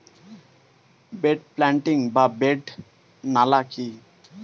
Bed planting বা bed নালা কি?